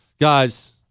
guys